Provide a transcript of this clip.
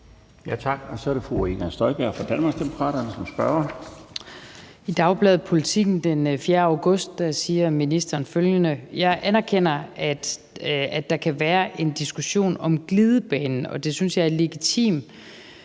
Tak. Så er det fru Inger Støjberg fra Danmarksdemokraterne som spørger. Kl. 21:54 Inger Støjberg (DD): I dagbladet Politiken den 4. august 2023 siger ministeren følgende: »Jeg anerkender, at der kan være en diskussion om glidebanen, og den synes jeg er legitim.«